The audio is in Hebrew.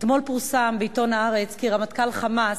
אתמול פורסם בעיתון "הארץ" כי רמטכ"ל "חמאס",